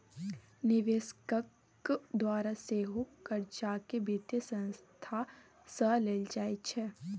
निवेशकक द्वारा सेहो कर्जाकेँ वित्तीय संस्था सँ लेल जाइत छै